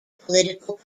political